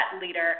leader